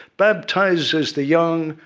baptizes the young,